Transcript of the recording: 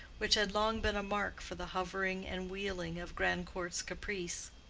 which had long been a mark for the hovering and wheeling of grandcourt's caprice.